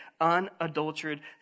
unadulterated